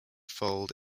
fold